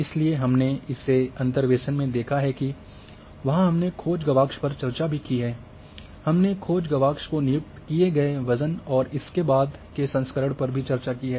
इसलिए हमने इसे अंतर्वेशन में देखा है और वहाँ हमने खोज गवाक्ष पर चर्चा भी की है हमने खोज गवाक्ष को नियुक्त किए गए वजन और इसके बाद के संस्करण पर भी चर्चा की है